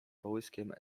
połyskiem